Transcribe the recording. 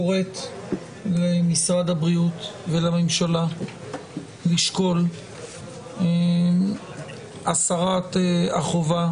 קוראת למשרד הבריאות ולממשלה לשקול את הסרת החובה